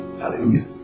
Hallelujah